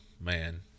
man